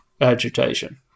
agitation